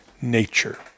nature